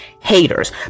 haters